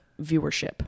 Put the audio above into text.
viewership